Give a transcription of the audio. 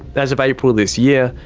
as of april this year,